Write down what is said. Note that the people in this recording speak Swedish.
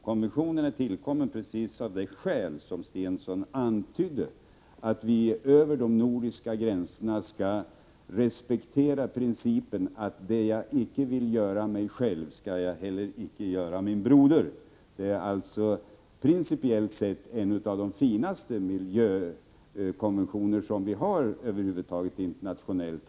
Konventionen är tillkommen precis av de skäl som Stensson antydde, att vi över de nordiska gränserna skall respektera principen att det jag icke vill göra mig själv skall jag heller icke göra min broder. Det är alltså principiellt en av de finaste miljökonventioner som vi över huvud taget har internationellt.